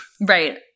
Right